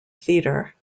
theatre